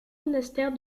monastère